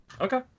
Okay